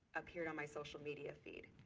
appeared on my social media feed.